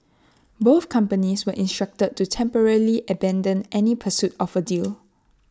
both companies were instructed to temporarily abandon any pursuit of A deal